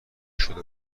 شده